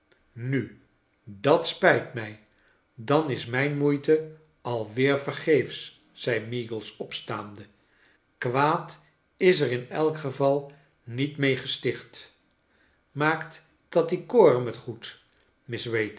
nu dat spijt mij dan is mijn moeite al weer vergeefsch zei meagles opstaande kwaad is er in elk geval niet mee gesticht maakt tatty coram het goed